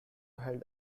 held